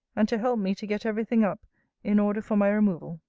and to help me to get every thing up in order for my removal.